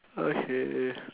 okay